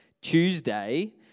Tuesday